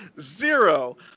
Zero